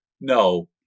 no